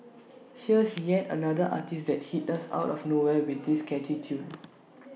here's yet another artiste that hit us out of nowhere with this catchy tune